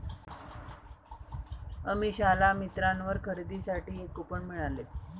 अमिषाला मिंत्रावर खरेदीसाठी एक कूपन मिळाले